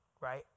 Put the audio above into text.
Right